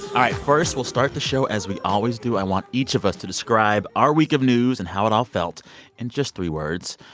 first, we'll start the show as we always do. i want each of us to describe our week of news and how it all felt in just three words.